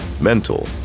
mental